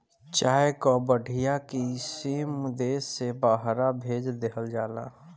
चाय कअ बढ़िया किसिम देस से बहरा भेज देहल जाला